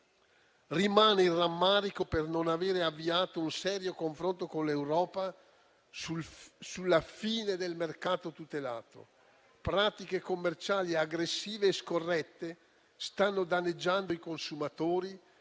Rimane il rammarico per non aver avviato un serio confronto con l'Europa sulla fine del mercato tutelato. Pratiche commerciali aggressive e scorrette stanno danneggiando i consumatori